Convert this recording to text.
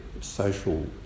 social